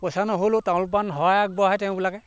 পইছা নহ'লেও তামোল পাণ শৰাই আগবঢ়াই তেওঁবিলাকে